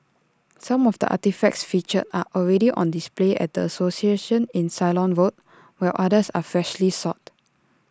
some of the artefacts featured are already on display at the association in Ceylon road while others were freshly sought